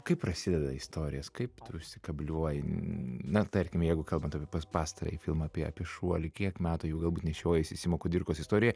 kaip prasideda istorijos kaip tu užsikabliuoji na tarkim jeigu kalbant apie pas pastarąjį filmą apie apie šuolį kiek metų jau galbūt nešiojiesi simo kudirkos istoriją